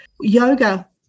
Yoga